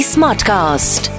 Smartcast